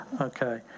okay